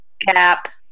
Cap